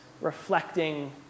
reflecting